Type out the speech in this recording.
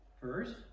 First